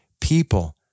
people